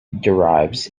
derives